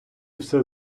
все